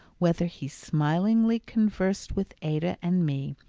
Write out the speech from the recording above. whether he smilingly conversed with ada and me,